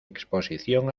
exposición